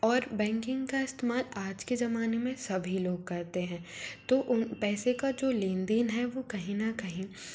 और बैंकिंग का इस्तेमाल आज के ज़माने में सभी लोग करते हैं तो उन पैसे का जो लेन देन है वह कहीं न कहीं